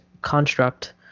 construct